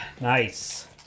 Nice